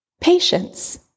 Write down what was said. Patience